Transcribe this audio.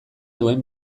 duen